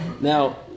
Now